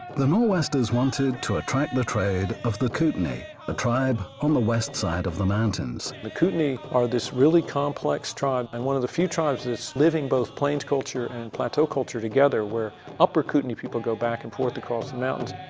the nor'westers wanted to attract the trade of the kootenai, a tribe on the west side of the mountains. the kootenai are this really complex tribe and one of the few tribes that's living both plains culture and plateau culture together, where upper kootenai people go back and forth across the mountains.